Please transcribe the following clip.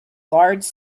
guards